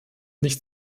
nicht